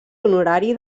honorari